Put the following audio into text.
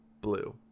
Blue